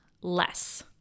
less